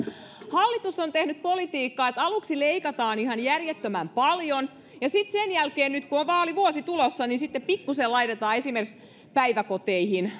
hallitus on tehnyt sellaista politiikkaa että aluksi leikataan ihan järjettömän paljon ja sitten nyt kun on vaalivuosi tulossa pikkuisen laitetaan esimerkiksi päiväkoteihin